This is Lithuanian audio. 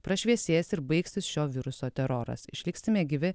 prašviesės ir baigsis šio viruso teroras išliksime gyvi